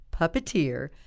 puppeteer